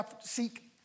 seek